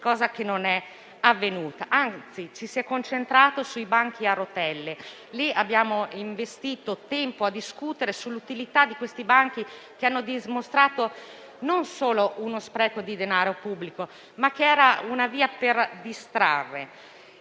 che non è avvenuta. Al contrario, ci si è concentrati sui banchi a rotelle. Abbiamo investito tempo a discutere sull'utilità di questi banchi, che hanno dimostrato di essere, non solo uno spreco di denaro pubblico, ma anche un modo per distrarre.